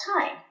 time